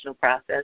process